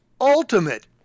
ultimate